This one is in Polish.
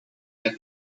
jak